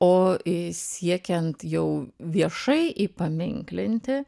o i siekiant jau viešai įpaminklinti